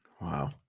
Wow